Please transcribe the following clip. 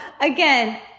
again